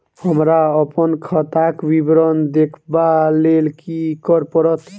हमरा अप्पन खाताक विवरण देखबा लेल की करऽ पड़त?